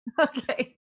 Okay